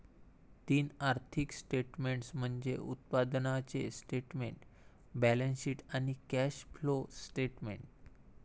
तीन आर्थिक स्टेटमेंट्स म्हणजे उत्पन्नाचे स्टेटमेंट, बॅलन्सशीट आणि कॅश फ्लो स्टेटमेंट